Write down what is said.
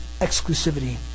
exclusivity